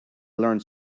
learned